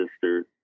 sisters